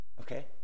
Okay